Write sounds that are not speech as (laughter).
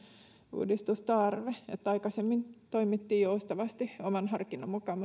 uudistustarve aikaisemmin toimittiin joustavasti oman harkinnan mukaan (unintelligible)